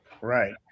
Right